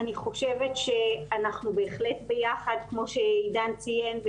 אני חושבת אנחנו בהחלט ביחד כמו שעידן ציין.